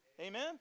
Amen